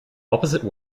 opposite